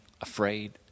afraid